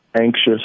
anxious